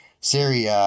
Siri